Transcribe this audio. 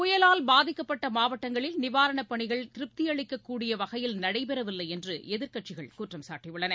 புயலால் பாதிக்கப்பட்ட மாவட்டங்களில் நிவாரணப் பணிகள் திருப்தி அளிக்கக்கூடிய வகையில் நடைபெறவில்லை என்று எதிர்க்கட்சிகள் குற்றம் சாட்டியுள்ளன